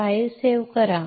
file save करा